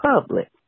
public